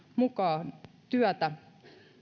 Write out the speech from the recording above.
mukaan tekemään työtä